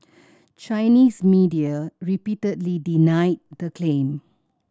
Chinese media repeatedly denied the claim